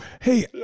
Hey